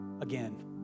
again